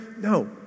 No